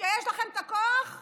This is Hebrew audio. כשיש לכם את הכוח,